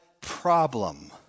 problem